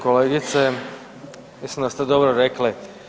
Kolegice, mislim da ste dobro rekli.